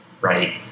right